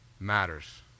Matters